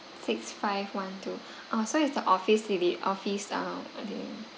six five one two oh so it's the office deli~ office uh delivery